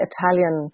Italian